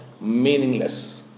meaningless